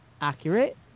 accurate